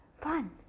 fun